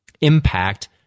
impact